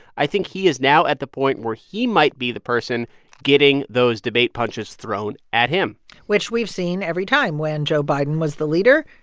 i think he is now at the point where he might be the person getting those debate punches thrown at him which we've seen every time. when joe biden was the leader,